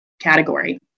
category